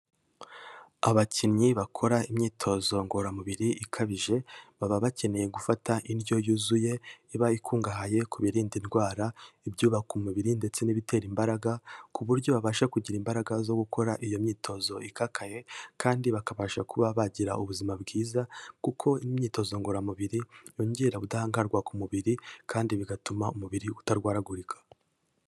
Abakinnyi bakora imyitozo ngororamubiri ikabije, baba bakeneye gufata indyo yuzuye iba ikungahaye ku birinda indwara, ibyubaka umubiri, ndetse n'ibitera imbaraga, ku buryo babasha kugira imbaraga zo gukora iyo myitozo ikakaye, kandi bakabasha kuba bagira ubuzima bwiza kuko imyitozo ngororamubiri yongera ubudahangarwa ku mubiri, kandi bigatuma umubiri utarwaragurika.